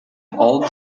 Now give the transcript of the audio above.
all